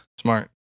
smart